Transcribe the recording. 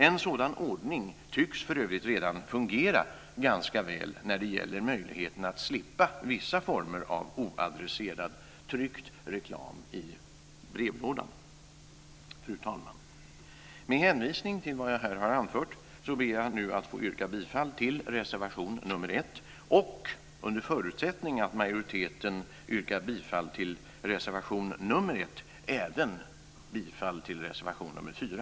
En sådan ordning tycks för övrigt redan fungera ganska väl när det gäller möjligheterna att slippa vissa former av oadresserad tryckt reklam i brevlådan. Fru talman! Med hänvisning till vad jag här har anfört ber jag att få yrka bifall till reservation nr 1. Under förutsättning att majoriteten yrkar bifall till reservation nr 1 yrkar jag även bifall till reservation nr 4.